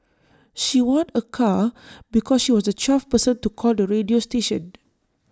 she won A car because she was the twelfth person to call the radio station